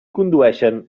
condueixen